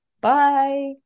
bye